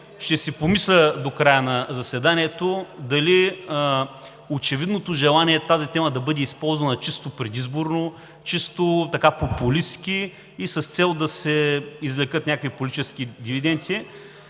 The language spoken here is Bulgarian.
Ще си помисля до края на заседанието дали очевидното желание тази тема да бъде използвана чисто предизборно, чисто популистки и с цел да се извлекат някакви политически дивиденти